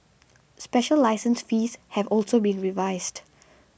special license fees have also been revised